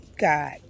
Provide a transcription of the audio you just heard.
God